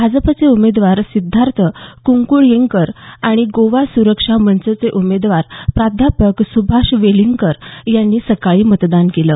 भाजपचे उमेदवार सिद्धार्थ कुंकळयेंकर आणि गोवा सुरक्षा मंचचे उमेदवार प्राध्यापक सुभाष वेलिंगकर यांनी सकाळी मतदान केलं